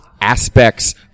aspects